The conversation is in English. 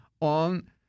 on